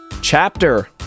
Chapter